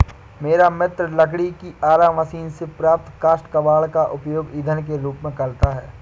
मेरा मित्र लकड़ी की आरा मशीन से प्राप्त काष्ठ कबाड़ का उपयोग ईंधन के रूप में करता है